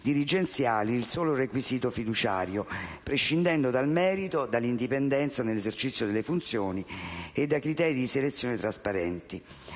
dirigenziali il solo requisito fiduciario, prescindendo dal merito, dall'indipendenza nell'esercizio delle funzioni e da criteri di selezione trasparenti.